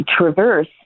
traverse